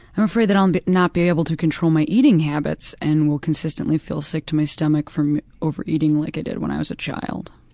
i'm afraid that i'll not be able to control my eating habits and will consistently feel sick to my stomach for overeating like i did when i was a child.